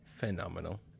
Phenomenal